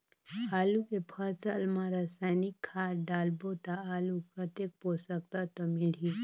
आलू के फसल मा रसायनिक खाद डालबो ता आलू कतेक पोषक तत्व मिलही?